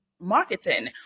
marketing